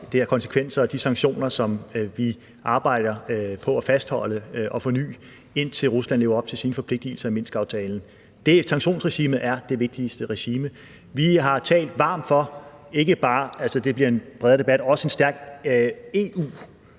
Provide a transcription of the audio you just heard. det har konsekvenser, og til de sanktioner, som vi arbejder på at fastholde og forny, indtil Rusland lever op til sine forpligtelser i Minskaftalen. Det sanktionsregime er det vigtigste regime. Vi har også talt varmt for – det bliver en bredere debat – en stærk